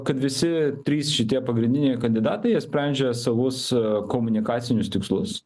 kad visi trys šitie pagrindiniai kandidatai jie sprendžia savus komunikacinius tikslus